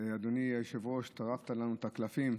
אדוני היושב-ראש, טרפת לנו את הקלפים.